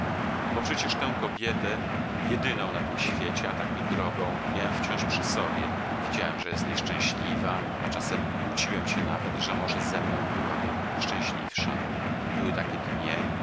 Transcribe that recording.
bo przecież tę kobietę jedyną na tym świecie a tak mi drogą miałem wciąż przy sobie widziałem że jest nieszczęśliwa a czasem łudziłem się nawet że może ze mną byłaby szczęśliwsza były takie dnie